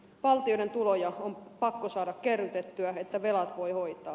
valtioiden tuloja on pakko saada kerrytettyä että velat voi hoitaa